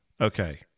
Okay